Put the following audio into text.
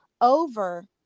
over